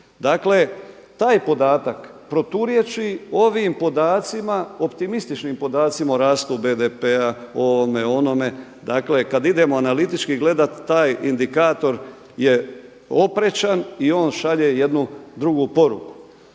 Dakle, taj podatak proturječi ovim podacima, optimističnim podacima o rastu BDP-a, o ovome, onome. Dakle, kad idemo analitički gledati taj indikator je oprečan i on šalje jednu drugu poruku.